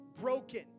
broken